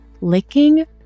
licking